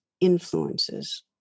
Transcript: influences